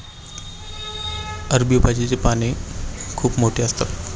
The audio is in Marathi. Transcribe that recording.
अरबी भाजीची पाने खूप मोठी असतात